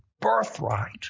birthright